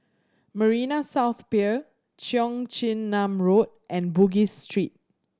Marina South Pier Cheong Chin Nam Road and Bugis Street